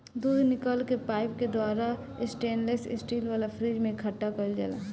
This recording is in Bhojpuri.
दूध निकल के पाइप के द्वारा स्टेनलेस स्टील वाला फ्रिज में इकठ्ठा कईल जाला